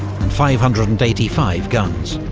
five hundred and eighty five guns.